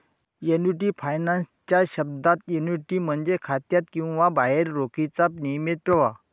annuity finance च्या शब्दात, annuity म्हणजे खात्यात किंवा बाहेर रोखीचा नियमित प्रवाह